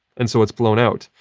and so it's blown out.